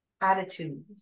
attitude